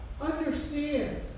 understand